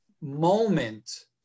moment